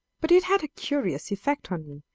but it had a curious effect on